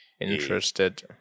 interested